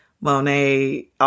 Monet